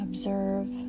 Observe